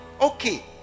okay